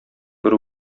бер